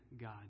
God